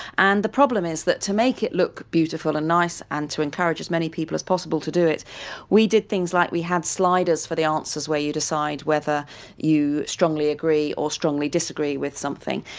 and the problem is that to make it look beautiful and nice and to encourage as many people as possible to do it we did things like we had sliders for the answers where you decide whether you strongly agree or strongly disagree with something.